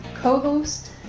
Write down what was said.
co-host